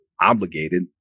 obligated